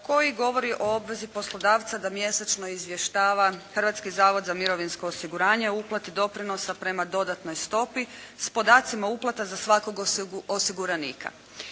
koji govori o obvezi poslodavca da mjesečno izvještava Hrvatski zavod za mirovinsko osiguranje o uplati doprinosa prema dodatnoj stopi s podacima uplata za svakog osiguranika.